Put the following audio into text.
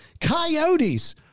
Coyotes